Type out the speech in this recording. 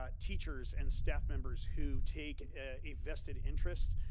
ah teachers, and staff members, who take a vested interest,